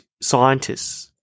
scientists